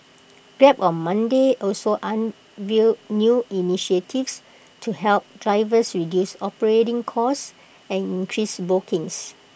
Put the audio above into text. grab on Monday also unveiled new initiatives to help drivers reduce operating costs and increase bookings